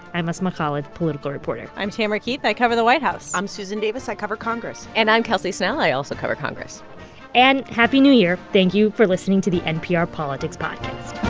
i'm asma khalid, political reporter i'm tamara keith. i cover the white house i'm susan davis. i cover congress and i'm kelsey snell. i also cover congress and happy new year. thank you for listening to the npr politics podcast